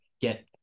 get